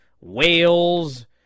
whales